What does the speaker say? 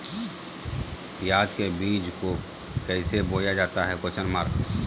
प्याज के बीज को कैसे बोया जाता है?